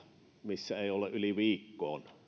missä ei ole yli viikkoon